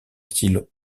style